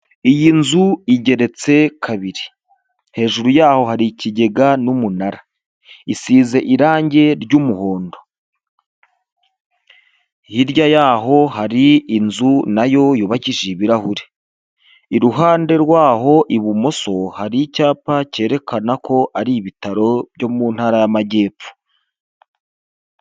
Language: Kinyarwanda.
Iyi nzu igeretse kabiri. Hejuru yaho hari ikigega n'umunara. Isize irange ry'umuhondo. Hirya yaho hari inzu na yo yubakishije ibirahuri. Iruhande rwaho ibumoso, hari icyapa cyekana ko ari ibitaro byo mu ntara y'amajyepfo.